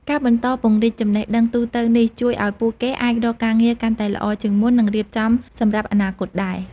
ការបន្តពង្រីកចំណេះដឹងទូទៅនេះជួយឲ្យពួកគេអាចរកការងារកាន់តែល្អជាងមុន និងរៀបចំសម្រាប់អនាគតដែរ។